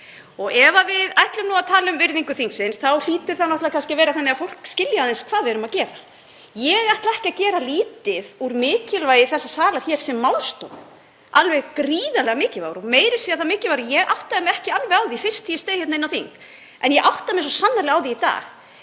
Ef við ætlum að tala um virðingu þingsins þá hlýtur það náttúrlega að vera þannig að fólk þurfi að skilja aðeins hvað við erum að gera. Ég ætla ekki að gera lítið úr mikilvægi þessa salar sem málstofu, alveg gríðarlega mikilvægrar og meira að segja það mikilvægrar að ég áttaði mig ekki alveg á því fyrst þegar ég steig inn á þing. En ég átta mig svo sannarlega á því í dag.